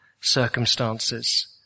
circumstances